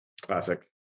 Classic